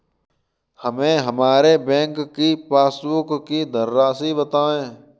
हमें हमारे बैंक की पासबुक की धन राशि बताइए